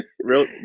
real